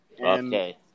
Okay